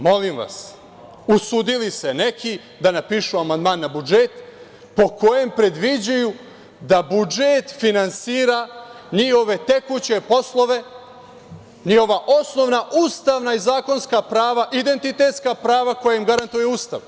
Molim vas, usudili se neki da napišu amandman na budžet po kojem predviđaju da budžet finansira njihove tekuće poslove, njihova osnovna ustavna i zakonska prava, identitetska prava koje im garantuje Ustav.